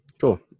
Cool